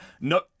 No